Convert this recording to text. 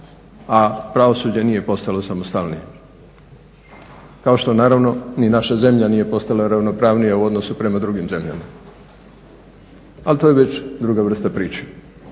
a pravosuđe nije postalo samostalnije kao što naravno ni naša zemlja nije postala ravnopravnija u odnosu prema drugim zemljama. Ali to je već druga vrsta priče.